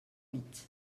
huit